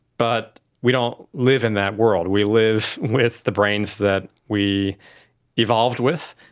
but we don't live in that world, we live with the brains that we evolved with,